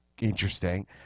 interesting